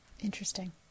Interesting